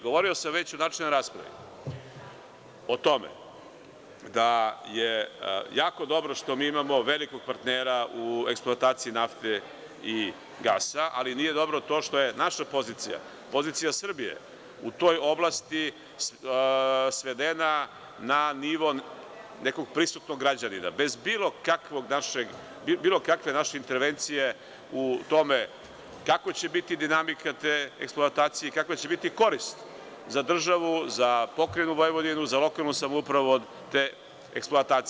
Govorio sam već u načelnoj raspravi o tome da je jako dobro što mi imamo velikog partnera eksploataciji nafte i gasa, ali nije dobro to što je naša pozicija, pozicija Srbije u toj oblasti svedena na nivo nekog prisutnog građanina, bez bilo kakve naše intervencije u tome kakva će biti dinamika te eksploatacije i kakva će biti korist za državu, za Pokrajinu Vojvodinu, za lokalnu samoupravu od eksploatacije.